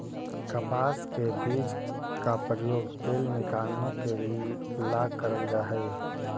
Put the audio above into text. कपास के बीज का प्रयोग तेल निकालने के ला करल जा हई